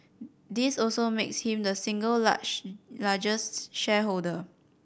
this also makes him the single largest shareholder